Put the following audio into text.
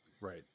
Right